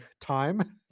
time